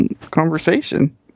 conversation